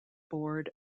board